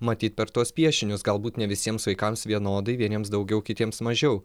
matyt per tuos piešinius galbūt ne visiems vaikams vienodai vieniems daugiau kitiems mažiau